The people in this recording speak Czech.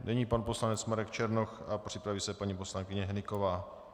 Nyní pan poslanec Marek Černoch a připraví se paní poslankyně Hnyková.